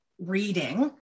reading